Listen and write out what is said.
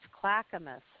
clackamas